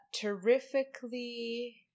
terrifically